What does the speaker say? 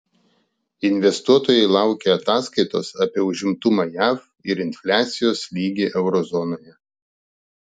investuotojai laukia ataskaitos apie užimtumą jav ir infliacijos lygį euro zonoje